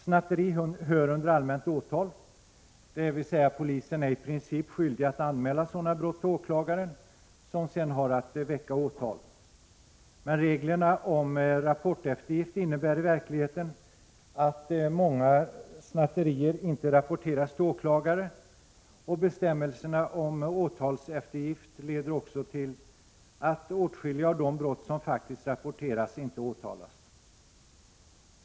Snatteri hör under allmänt åtal, dvs. polisen är i princip skyldig att anmäla sådana brott till åklagaren, som sedan har att väcka åtal. Reglerna om rapporteftergift innebär i verkligheten att många snatterier inte rapporteras till åklagare. Bestämmelserna om åtalseftergift leder också till att åtskilliga av de brott som faktiskt rapporteras inte åtalas.